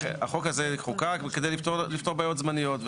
החוק הזה חוקק כדי לפתור בעיות זמניות.